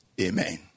Amen